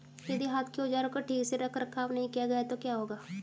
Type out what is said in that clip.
यदि हाथ के औजारों का ठीक से रखरखाव नहीं किया गया तो क्या होगा?